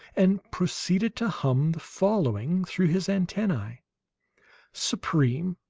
and proceeded to hum the following through his antennae supreme,